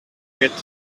get